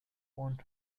own